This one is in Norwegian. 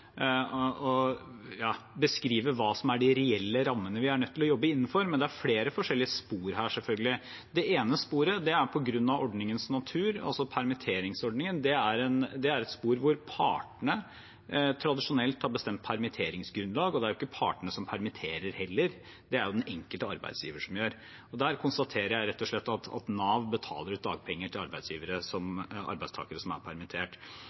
beskrive hva som er de reelle rammene vi er nødt til å jobbe innenfor, men det er flere forskjellige spor her, selvfølgelig. Det ene sporet er ordningens natur, altså permitteringsordningen. Det er et spor der partene tradisjonelt har bestemt permitteringsgrunnlaget, og det er jo ikke partene som permitterer heller. Det er det den enkelte arbeidsgiver som gjør. Der konstaterer jeg rett og slett at Nav betaler ut dagpenger til arbeidstakere som er permittert.